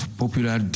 popular